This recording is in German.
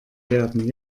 werden